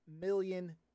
million